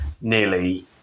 nearly